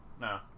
no